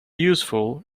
useful